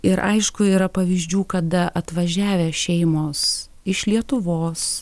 ir aišku yra pavyzdžių kada atvažiavę šeimos iš lietuvos